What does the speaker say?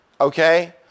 Okay